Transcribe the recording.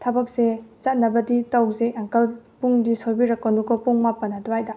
ꯊꯕꯛꯁꯦ ꯆꯠꯅꯕꯗꯤ ꯇꯧꯁꯦ ꯑꯪꯀꯜ ꯄꯨꯡꯗꯤ ꯁꯣꯏꯕꯤꯔꯛꯀꯅꯨꯀꯣ ꯄꯨꯡ ꯃꯥꯄꯟ ꯑꯗꯥ꯭ꯋꯏꯗ